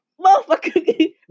motherfucker